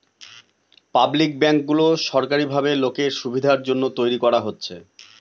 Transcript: public ব্যাঙ্কগুলো সরকারি ভাবে লোকের সুবিধার জন্য তৈরী করা হচ্ছে